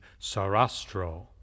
Sarastro